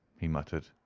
he muttered.